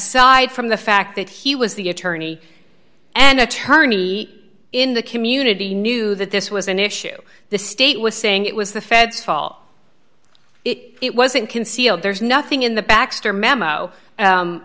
side from the fact that he was the attorney and attorney in the community knew that this was an issue the state was saying it was the feds fall it wasn't concealed there's nothing in the baxter memo